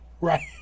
Right